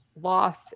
loss